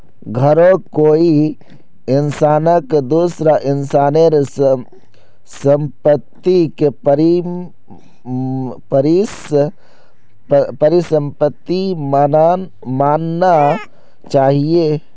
घरौंक कोई इंसानक दूसरा इंसानेर सम्पत्तिक परिसम्पत्ति मानना चाहिये